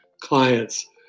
clients